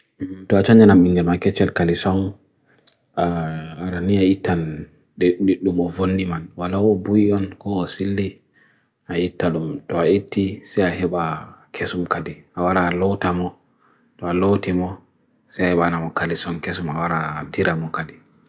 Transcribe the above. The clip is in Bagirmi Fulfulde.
Dua chan nyanam mingil ma kechel kalesong arania itan dun mo von niman walawo buiyon ko osili a itanum dua iti seha heba kesum kade awara louta mo dua louti mo seha heba namo kalesong kesum awara dira mo kade